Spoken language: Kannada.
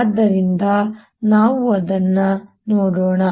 ಆದ್ದರಿಂದ ನಾವು ಅದನ್ನು ನೋಡೋಣ